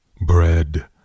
bread